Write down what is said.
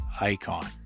icon